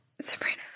Sabrina